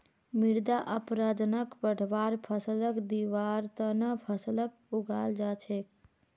मृदा अपरदनक बढ़वार फ़सलक दिबार त न फसलक उगाल जा छेक